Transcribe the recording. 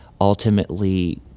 ultimately